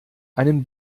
einen